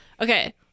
Okay